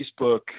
Facebook